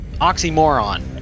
Oxymoron